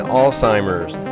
Alzheimer's